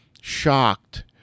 shocked